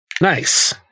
Nice